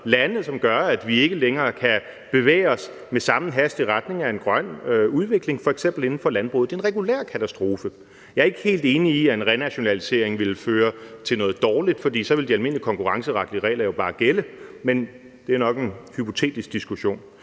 lande, som gør, at vi ikke længere kan bevæge os med samme hast i retning af en grøn udvikling, f.eks. inden for landbruget. Det er en regulær katastrofe. Jeg er ikke helt enig i, at en renationalisering ville føre til noget dårligt, for så ville de almindelige konkurrenceretlige regler jo bare gælde, men det er nok en hypotetisk diskussion.